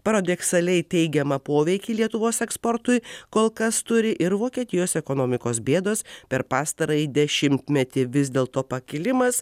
paradoksaliai teigiamą poveikį lietuvos eksportui kol kas turi ir vokietijos ekonomikos bėdos per pastarąjį dešimtmetį vis dėlto pakilimas